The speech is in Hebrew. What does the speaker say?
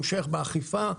המשך באכיפה,